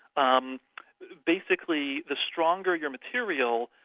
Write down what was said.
um basically the stronger your material,